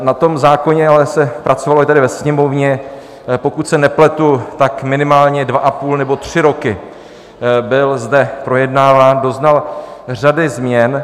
Na tom zákoně ale se pracovalo, i tady ve Sněmovně, pokud se nepletu, minimálně dva a půl nebo tři roky, byl zde projednáván, doznal řady změn.